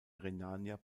rhenania